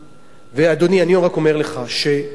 ואדוני, אני רק אומר לך שתיירות,